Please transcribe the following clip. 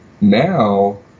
now